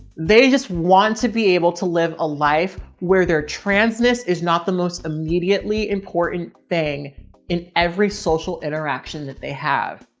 they just want to be able to live a life where their transness is not the most immediately important thing in every social interaction that they have.